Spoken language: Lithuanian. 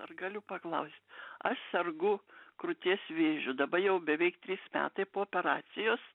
ar galiu paklaust aš sergu krūties vėžiu jau beveik trys metai po operacijos